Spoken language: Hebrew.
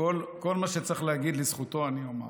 כל מה שצריך לזכותו אני אומר.